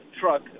truck